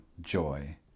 joy